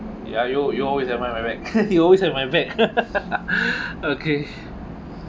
ya you you always have my back you always have my back okay